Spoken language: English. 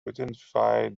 identify